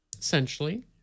Essentially